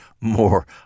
more